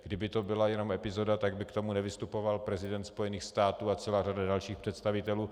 Kdyby to byla jenom epizoda, tak by k tomu nevystupoval prezident Spojených států a celá řada dalších představitelů.